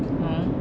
oh